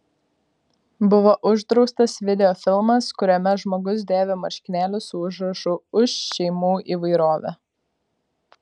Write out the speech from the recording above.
buvo uždraustas videofilmas kuriame žmogus dėvi marškinėlius su užrašu už šeimų įvairovę